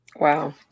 Wow